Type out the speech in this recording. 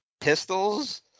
Pistols